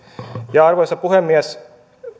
arvoisa puhemies